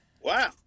Wow